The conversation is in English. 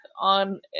on